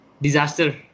disaster